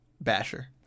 Basher